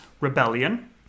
rebellion